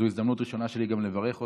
זו ההזדמנות הראשונה שלי גם לברך אותך.